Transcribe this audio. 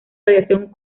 radiación